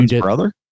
brother